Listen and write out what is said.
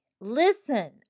Listen